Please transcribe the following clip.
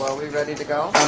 we ready to go?